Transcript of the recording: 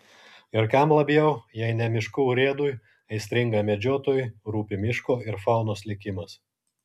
ir kam labiau jeigu ne miškų urėdui aistringam medžiotojui rūpi miško ir faunos likimas